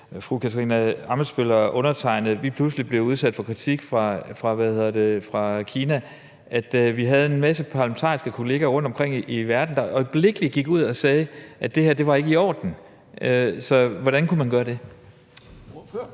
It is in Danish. fru Katarina Ammitzbøll og undertegnede pludselig blev udsat for kritik fra Kina, at vi havde en masse parlamentariske kolleger rundtomkring i verden, der øjeblikkelig gik ud og sagde, at det her ikke var i orden. Så hvordan kunne man gøre det?